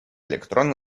электрон